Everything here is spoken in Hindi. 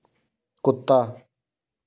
कुत्ता